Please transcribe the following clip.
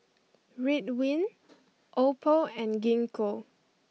Ridwind Oppo and Gingko